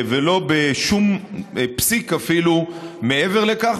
ולא בשום פסיק אפילו מעבר לכך,